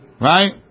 Right